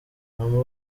humble